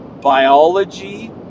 biology